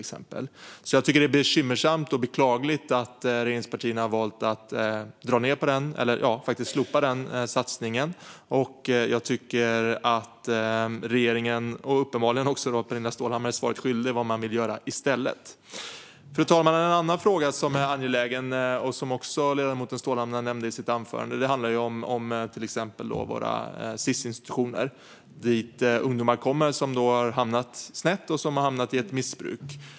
Det är bekymmersamt och beklagligt att regeringspartierna har valt att slopa den satsningen. Jag tycker att regeringen och uppenbarligen också Pernilla Stålhammar är svaret skyldig när det gäller vad man vill göra i stället. Fru talman! En annan fråga som är angelägen, och som också ledamoten Stålhammar nämnde i sitt anförande, handlar om våra Sis-institutioner dit ungdomar kommer som har hamnat snett och i ett missbruk.